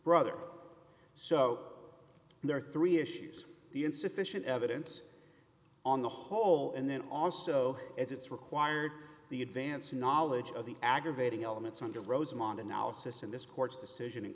brother so there are three issues the insufficient evidence on the whole and then also as it's required the advance knowledge of the aggravating elements under rosemont analysis in this court's